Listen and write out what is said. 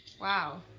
Wow